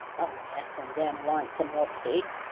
oh! yes, and them want some more pigs!